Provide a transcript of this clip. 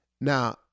Now